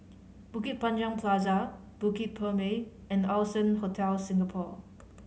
Bukit Panjang Plaza Bukit Purmei and Allson Hotel Singapore